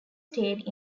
stayed